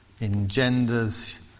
engenders